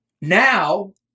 Now